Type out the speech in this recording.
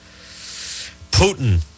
Putin